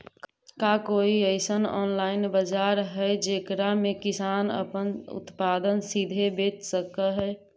का कोई अइसन ऑनलाइन बाजार हई जेकरा में किसान अपन उत्पादन सीधे बेच सक हई?